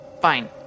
Fine